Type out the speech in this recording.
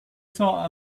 saw